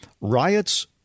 Riots